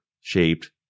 shaped